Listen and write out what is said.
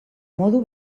modu